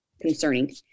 concerning